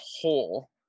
whole